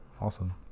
awesome